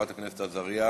חברת הכנסת עזריה,